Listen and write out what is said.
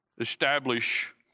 establish